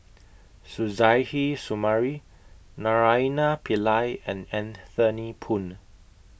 Suzairhe Sumari Naraina Pillai and Anthony Poon